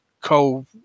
co